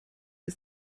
ist